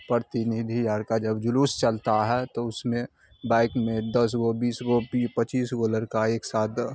پرتی ندھی یہاں کا جب جلوس چلتا ہے تو اس میں بائک میں دس گو بیس گو پچیس گو لڑکا ایک ساتھ